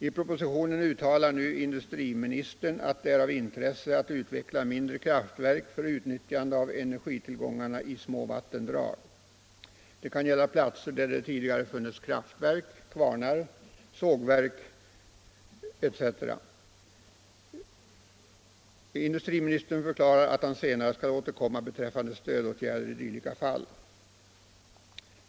I propositionen uttalar industriministern att det är av intresse att utveckla mindre kraftverk för utnyttjande av energitillgångarna i små vattendrag. Det kan gälla platser där det tidigare har funnits kraftverk, kvarnar, sågverk etc. Industriministern förklarar att han senare skall återkomma beträffande stödåtgärder i dylika fall.